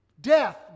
death